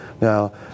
now